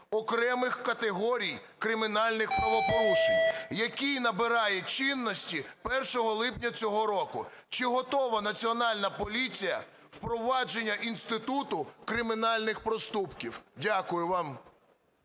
окремих категорій кримінальних правопорушень", який набирає чинності 1 липня цього року. Чи готова Національна поліція до впровадження інституту кримінальних проступків? Дякую вам.